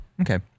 Okay